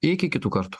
iki kitų kartų